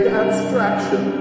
abstraction